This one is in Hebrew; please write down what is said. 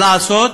לעשות,